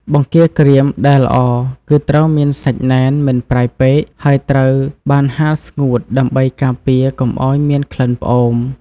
បង្គាក្រៀមដែលល្អគឺត្រូវមានសាច់ណែន មិនប្រៃពេក ហើយត្រូវបានហាលស្ងួតល្អដើម្បីការពារកុំឱ្យមានក្លិនផ្អូម។